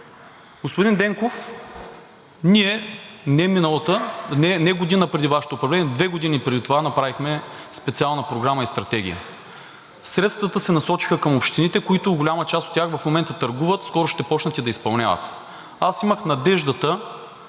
Господин Денков, ние не година преди Вашето управление, две години преди това направихме специална програма и стратегия. Средствата се насочиха към общините, които, голяма част от тях в момента търгуват, скоро ще започнат и да изпълняват. Аз имах надеждата